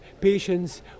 patients